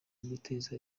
guteza